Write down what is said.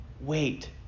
Wait